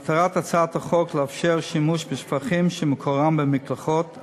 מטרת הצעת החוק לאפשר שימוש בשפכים שמקורם במקלחות,